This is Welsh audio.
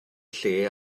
lle